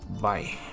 Bye